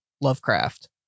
Lovecraft